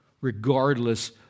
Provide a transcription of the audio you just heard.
regardless